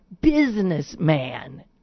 businessman